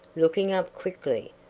looking up quickly,